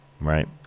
right